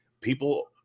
People